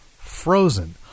Frozen